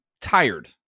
tired